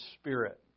Spirit